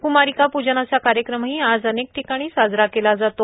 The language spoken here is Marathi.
क्मारिका पूजनाचा कार्यक्रमही आज अनेक ठिकाणी साजरा केला जातो